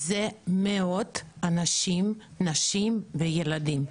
מדובר במאות נשים וילדים.